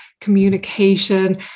communication